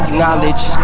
knowledge